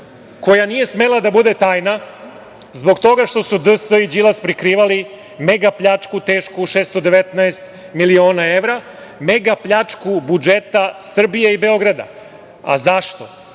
koja nije smela da bude tajna zbog toga što su DS i Đilas prikrivali mega pljačku tešku 619 miliona evra, mega pljačku budžeta Srbije i Beograda.Zašto?